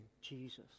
Jesus